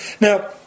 Now